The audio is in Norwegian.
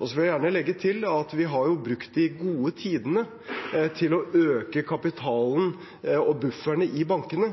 og bufferne i bankene.